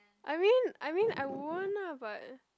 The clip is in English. I mean I mean I won't lah but